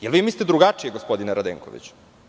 Da li vi mislite drugačije, gospodine Radenkoviću?